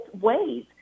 ways